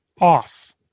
off